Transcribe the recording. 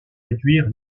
réduire